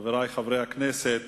חברי חברי הכנסת,